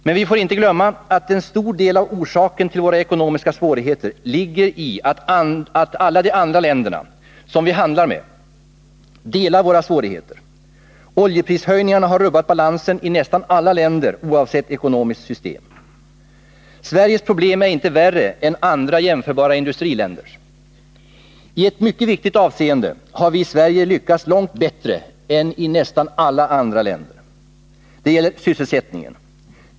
Men vi får inte glömma att en stor del av orsaken till våra ekonomiska svårigheter ligger i att alla de andra länderna, som vi handlar med, delar våra svårigheter. Oljeprishöjningarna har rubbat balansen i nästan alla länder, oavsett ekonomiskt system. Sveriges problem är inte värre än andra jämförbara industriländers. I ett mycket viktigt avseende har vi i Sverige lyckats långt bättre än man gjort i nästan alla andra länder. Det gäller sysselsättningen.